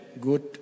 good